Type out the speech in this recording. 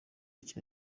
cya